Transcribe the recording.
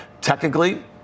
technically